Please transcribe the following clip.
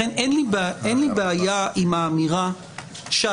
לכן אין לי בעיה עם האמירה שהתביעה